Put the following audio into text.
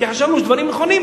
כי חשבנו שיש דברים נכונים,